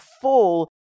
full